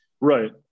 Right